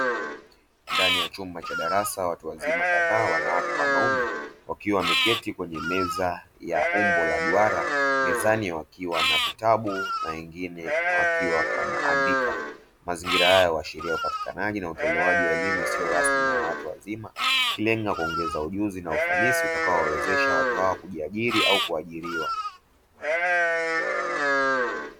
Ndani ya chumba cha darasa, watu wazima kadhaa, wanawake na wanaume, wameketi kwenye meza ya umbo la duara, mezani wakiwa na vitabu na wengine wakiwa wanaandika; mazingira haya yanawakilisha upatikanaji na utolewaji wa elimu isiyo rasmi kwa watu wazima, ikilenga kuongeza ujuzi na ufanisi utakao kuwawezesha kujiajiri au kuajiriwa.